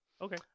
Okay